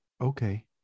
Okay